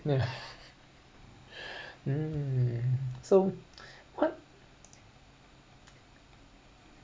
mm so what